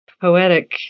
poetic